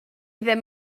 ddim